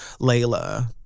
layla